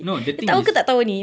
no the thing is